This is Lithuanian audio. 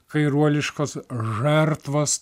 kairuoliškos žertvos